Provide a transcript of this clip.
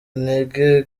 intege